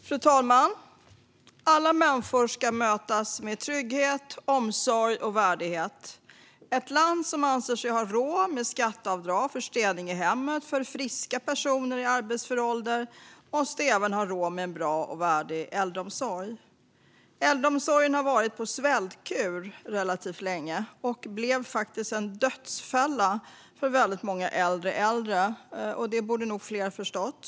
Fru talman! Alla människor ska mötas med trygghet, omsorg och värdighet. Ett land som anser sig ha råd med skatteavdrag för städning i hemmet för friska personer i arbetsför ålder måste även ha råd med en bra och värdig äldreomsorg. Äldreomsorgen har varit på svältkur relativt länge och blev faktiskt en dödsfälla för väldigt många äldre äldre. Det borde fler ha förstått.